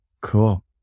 Cool